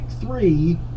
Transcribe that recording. three